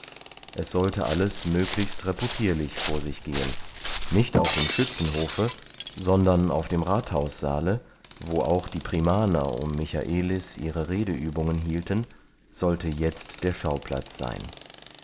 es sollte alles möglichst reputierlich vor sich gehen nicht auf dem schützenhofe sondern auf dem rathaussaale wo auch die primaner um michaelis ihre redeübungen hielten sollte jetzt der schauplatz sein